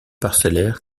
parcellaire